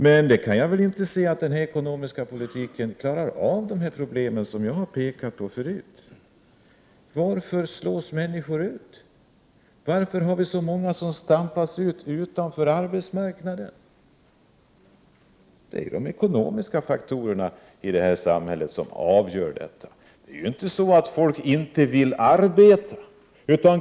Men jag kan inte se att denna ekonomiska politik klarar av att lösa de problem som jag har pekat på förut. Varför slås människor ut? Varför stampas så många människor ut från arbetsmarknaden? Det är ju de ekonomiska faktorerna i detta samhälle som gör sådana saker. Det är ju inte så att folk inte vill arbeta.